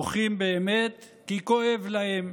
מוחים באמת כי כואב להם,